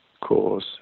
cause